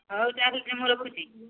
ହଉ ତାହେଲେ ମୁଁ ରଖୁଛି